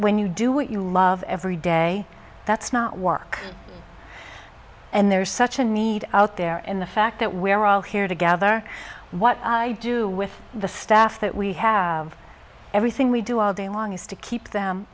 when you do what you love every day that's not work and there is such a need out there in the fact that we are all here together what i do with the staff that we have everything we do all day long is to keep them